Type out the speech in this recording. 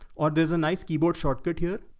or there's a nice keyboard shortcut here,